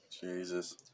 Jesus